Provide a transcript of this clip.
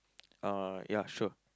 uh ya sure